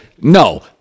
no